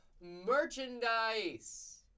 merchandise